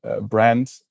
brand